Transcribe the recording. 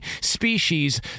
species